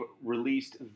released